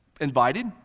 invited